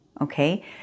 okay